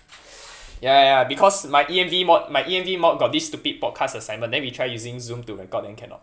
ya ya ya because my E_M_D mod my E_M_D mod got this stupid podcast assignment then we try using zoom to record then cannot